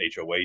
hoh